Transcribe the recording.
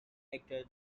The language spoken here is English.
actor